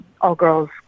all-girls